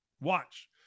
watch